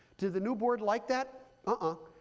did the new board like that? ah